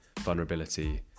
vulnerability